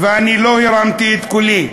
ואני לא הרמתי את קולי,